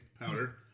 powder